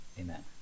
Amen